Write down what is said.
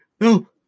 no